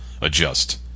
adjust